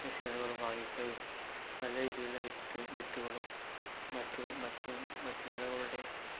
മെഷീനുകളും വാങ്ങിക്കുകയും നല്ല രീതിയിലുള്ള വിത്ത് വിത്തുകളും മറ്റും മറ്റും മറ്റ് വിളകളുടെ